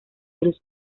seres